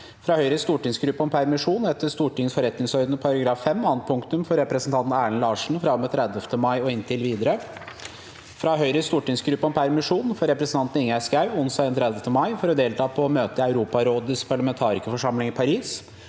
fra Høyres stortingsgruppe om permisjon etter Stortingets forretningsorden § 5 annet punktum for representanten Erlend Larsen fra og med 30. mai og inntil videre – fra Høyres stortingsgruppe om permisjon for representanten Ingjerd Schou onsdag 31. mai for å delta på møte i Europarådets parlamentarikerforsamling i Paris